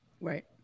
Right